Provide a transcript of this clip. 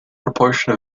proportion